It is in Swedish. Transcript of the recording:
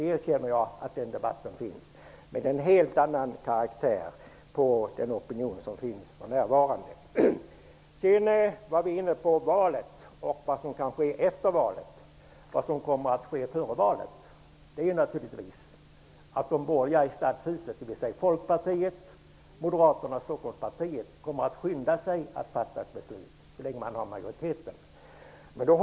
Jag erkänner att den debatten finns, men den opinion som finns för närvarande har en helt ny karaktär. Vi var vidare inne på valet och vad som kan ske efter detta. Före valet kommer naturligtvis de borgerliga i stadshuset, dvs. Folkpartiet, Moderaterna och Stockholmspartiet, att skynda sig att fatta beslut medan man ännu har majoritet.